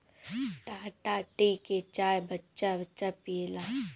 Tata tea के चाय बच्चा बच्चा पियेला